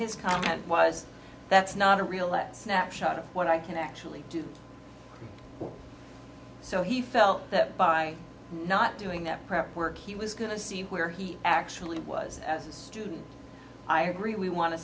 his comment was that's not a real let's nap shot of what i can actually do so he felt that by not doing that perhaps work he was going to see where he actually was as a student i agree we want to